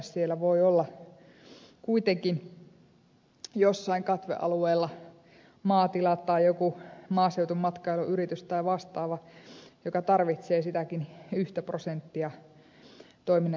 siellä voi olla kuitenkin jossain katvealueella maatila tai joku maaseutumatkailuyritys tai vastaava joka tarvitsee sitä yhtäkin prosenttia toiminnan järjestämiseen